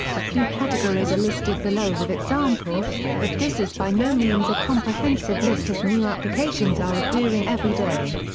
a few categories are listed below with examples, but this is by no means a comprehensive list as new applications are appearing every day.